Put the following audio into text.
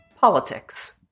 politics